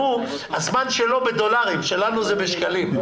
הזמן שלו בדולרים, שלנו זה בשקלים.